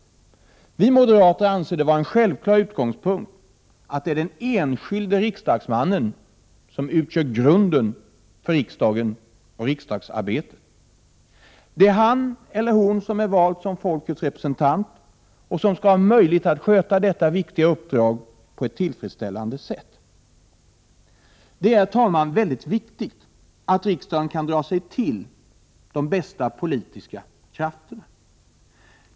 Vi moderater anser det vara en självklar utgångspunkt att den enskilda riksdagsmannen utgör grunden för riksdagen och riksdagsarbetet. Det är han eller hon som är vald som folkets representant och som skall ha möjlighet att sköta detta viktiga uppdrag på ett tillfredsställande sätt. Det är, herr talman, mycket väsentligt att riksdagen kan dra till sig de bästa politiska krafterna.